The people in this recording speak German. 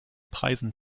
preisen